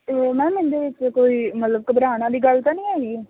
ਅਤੇ ਮੈਮ ਇਹਦੇ 'ਚ ਕੋਈ ਮਤਲਬ ਘਬਰਾਉਣ ਵਾਲੀ ਗੱਲ ਤਾਂ ਨਹੀਂ ਹੈਗੀ